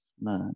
nah